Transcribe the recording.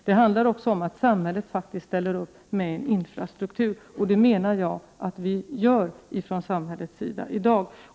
Det handlar om att samhället ställer upp med infrastruktur, för det gör faktiskt samhället.